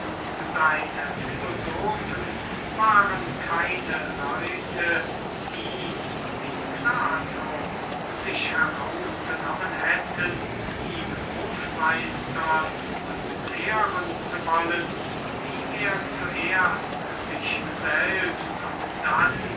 seine philosophen waren keine leute die wie plato sich herausgenommen hätten ihn hofmeistern und lehren zu wollen wie er zuerst sich selbst und dann